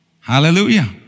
Hallelujah